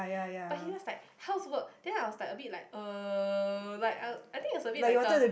but he just like how's work then I was like a bit like uh like I I think it's a bit like a